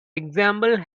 example